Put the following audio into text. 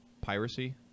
piracy